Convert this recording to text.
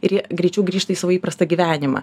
ir jie greičiau grįžta į savo įprastą gyvenimą